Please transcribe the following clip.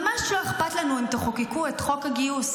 ממש לא אכפת לנו אם תחוקקו את חוק הגיוס,